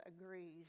agrees